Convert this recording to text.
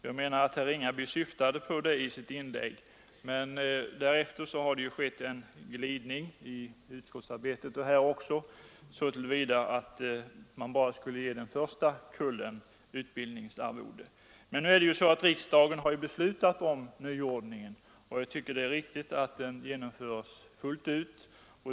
Herr talman! Jag uppfattade herr Ringaby på det sättet att han ville återgå till det gamla systemet med utbildningsarvode. Man har i alla fall talat för detta i utskottet men därefter har det kanhända skett en glidning så till vida att man bara skulle ge den senaste kullen utbildningsarvode. Men nu har riksdagen beslutat om en nyordning, och jag tycker att det är riktigt att den genomförs fullt ut.